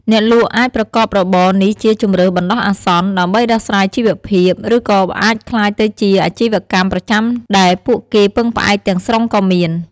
អ្នកលក់អាចប្រកបរបរនេះជាជម្រើសបណ្ដោះអាសន្ន ដើម្បីដោះស្រាយជីវភាព ឬក៏អាចក្លាយទៅជាអាជីវកម្មប្រចាំដែលពួកគេពឹងផ្អែកទាំងស្រុងក៏មាន។